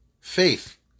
faith